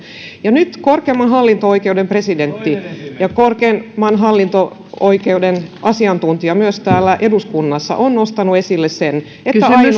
ja nyt korkeimman hallinto oikeuden presidentti ja korkeimman hallinto oikeuden asiantuntija myös täällä eduskunnassa ovat nostaneet esille sen että ainoa